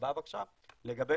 לגבי